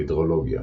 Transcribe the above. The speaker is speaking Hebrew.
הידרולוגיה